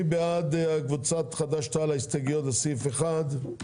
מי בעד ההסתייגויות של קבוצת חד"ש-תע"ל לסעיף 1?